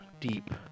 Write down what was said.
deep